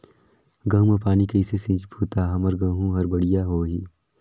गहूं म पानी कइसे सिंचबो ता हमर गहूं हर बढ़िया होही?